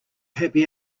happy